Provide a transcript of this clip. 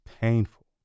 painful